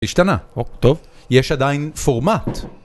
‫השתנה. טוב, יש עדיין פורמט.